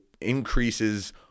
increases